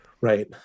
Right